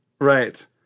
right